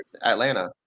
Atlanta